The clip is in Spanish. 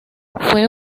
fue